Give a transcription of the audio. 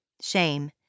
shame